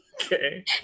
Okay